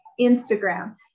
Instagram